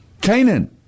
Canaan